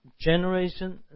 generation